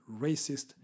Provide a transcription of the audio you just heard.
racist